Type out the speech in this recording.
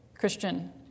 Christian